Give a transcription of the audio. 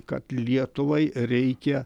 kad lietuvai reikia